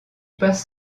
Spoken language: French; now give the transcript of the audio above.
passe